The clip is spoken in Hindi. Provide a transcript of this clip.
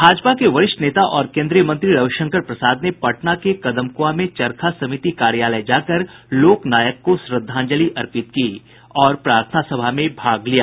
भाजपा के वरिष्ठ नेता और केन्द्रीय मंत्री रविशंकर प्रसाद ने पटना के कदमकुंआ में चरखा समिति कार्यालय जाकर लोकनायक को श्रद्धांजलि अर्पित की और प्रार्थना सभा में भाग लिया